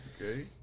Okay